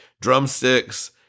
drumsticks